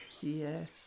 Yes